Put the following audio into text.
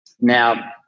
Now